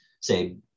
say